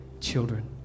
children